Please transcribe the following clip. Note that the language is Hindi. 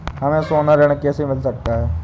हमें सोना ऋण कैसे मिल सकता है?